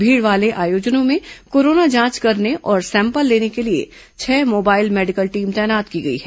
भीड़ वाले आयोजनों में कोरोना जांच करने और सैंपल लेने के लिए छह मोबाइल मेडिकल टीम तैनात की गई है